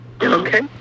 Okay